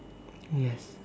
yes